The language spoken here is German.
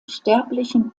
sterblichen